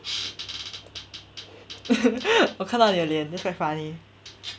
我看到你的脸 eh quite funny